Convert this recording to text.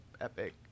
epic